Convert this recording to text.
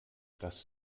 das